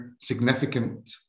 significant